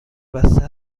بسته